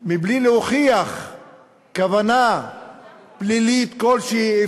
מבלי להוכיח כוונה פלילית כלשהי,